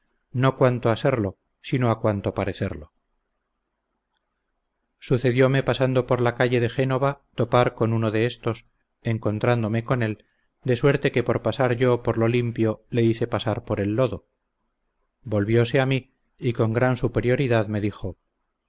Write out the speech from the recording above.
no cuanto a serlo sino cuanto a parecerlo sucedióme pasando por la calle de génova topar con uno de estos encontrándome con él de suerte que por pasar yo por lo limpio le hice pasar por el lodo volviose a mí y con gran superioridad me dijo